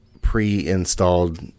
pre-installed